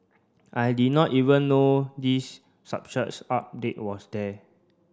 I did not even know this update was there